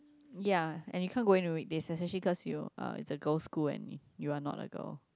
ya and you can't go in on the weekdays because you are it is a girl school and you are not a girl